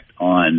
on